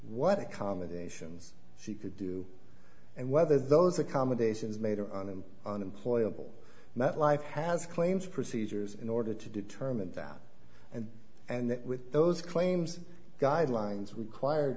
what accommodations she could do and whether those accommodations made her on and on employable met life has claims procedures in order to determine that and and that with those claims guidelines required